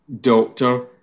doctor